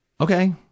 okay